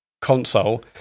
console